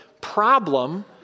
problem